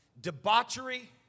debauchery